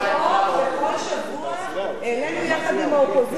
בכל שבוע העלינו יחד עם האופוזיציה,